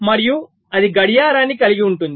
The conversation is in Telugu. మరియు అది గడియారాన్ని కలిగి ఉంటుంది